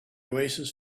oasis